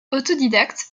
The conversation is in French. autodidacte